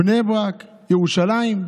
בני ברק, ירושלים.